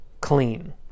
clean